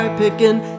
picking